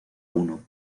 uno